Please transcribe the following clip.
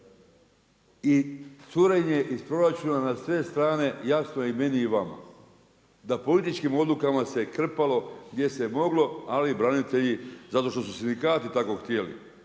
I curenje iz proračuna na sve strane jasno je i meni i vama, da političkim odlukama se krpalo gdje se je moglo ali branitelji zato što su sindikati tako htjeli.